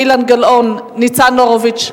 אילן גילאון וניצן הורוביץ,